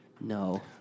No